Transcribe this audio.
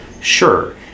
sure